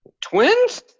Twins